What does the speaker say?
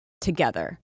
together